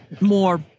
more